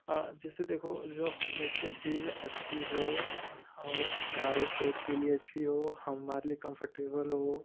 जैसे देखो जो हम लोग को चीज अच्छी हो और हमारे सेहत के लिए अच्छी हो हमारे लिए कंफर्टेबल हो